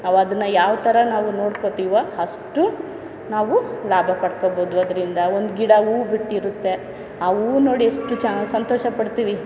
ನಾವು ಅದನ್ನು ಯಾವ ಥರ ನಾವು ನೋಡ್ಕೊಳ್ತೀವೋ ಅಷ್ಟು ನಾವು ಲಾಭ ಪಡ್ಕೊಳ್ಬೋದು ಅದರಿಂದ ಒಂದು ಗಿಡ ಹೂವು ಬಿಟ್ಟಿರುತ್ತೆ ಆ ಹೂವು ನೋಡಿ ಎಷ್ಟು ಚ ಸಂತೋಷ ಪಡ್ತೀವಿ